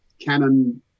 Canon